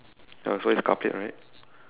ya so it's car plate right